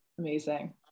Amazing